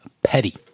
petty